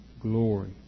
glory